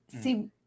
See